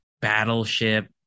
battleship